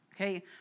okay